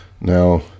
now